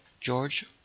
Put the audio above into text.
George